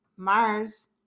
Mars